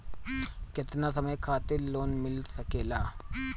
केतना समय खातिर लोन मिल सकेला?